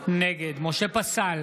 נגד משה פסל,